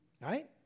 right